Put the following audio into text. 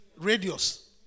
radius